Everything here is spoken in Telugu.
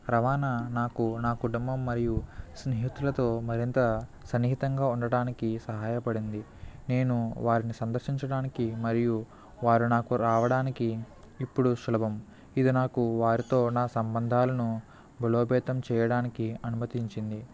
రవాణా నాకు నా కుటుంబం మరియు స్నేహితులతో మరింత సన్నిహితంగా ఉండడానికి సహాయపడింది నేను వారిని సందర్శించడానికి మరియు వారు నాకు రావడానికి ఇప్పుడు సులభం ఇది నాకు వారితో నా సంబంధాలను బలోపేతం చేయడానికి అనుమతించింది